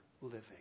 living